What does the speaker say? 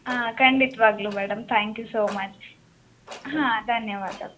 ಹಾಂ ಖಂಡಿತ್ವಾಗ್ಲೂ madam thank you so much ಹಾಂ ಧನ್ಯವಾದ